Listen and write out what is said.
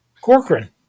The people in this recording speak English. Corcoran